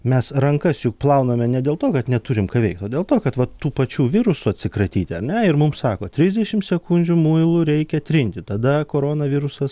mes rankas juk plauname ne dėl to kad neturim ką veikt o dėl to kad va tų pačių virusų atsikratyti ar ne ir mums sako trisdešim sekundžių muilu reikia trinti tada koronavirusas